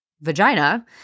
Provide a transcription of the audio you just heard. vagina